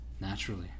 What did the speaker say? Naturally